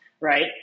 right